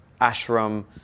ashram